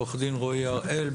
עורך דין רועי הראל.